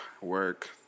work